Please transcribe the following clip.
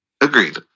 Agreed